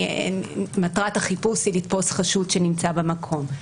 מטרת החיפוש היא לתפוס חשוד שנמצא במקום,